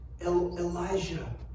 Elijah